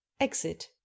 Exit